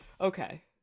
Okay